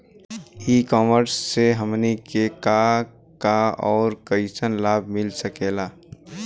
ई कॉमर्स से हमनी के का का अउर कइसन लाभ मिल सकेला?